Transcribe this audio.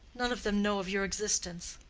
none of them know of your existence.